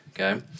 Okay